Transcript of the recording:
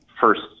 first